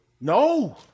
No